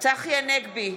צחי הנגבי,